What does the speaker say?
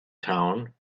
town